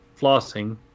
Flossing